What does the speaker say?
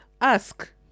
Ask